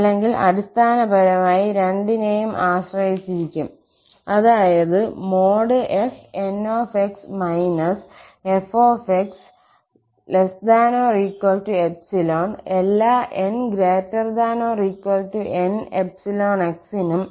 അല്ലെങ്കിൽ അടിസ്ഥാനപരമായി രണ്ടിനേയും ആശ്രയിച്ചിരിക്കും അതായത് fnx fx എല്ലാ 𝑛≥𝑁𝜖 𝑥 നും